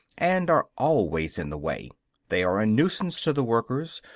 and are always in the way they are a nuisance to the workers,